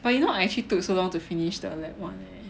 but you know I actually took so long to finish the lab one eh